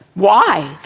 why?